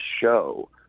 show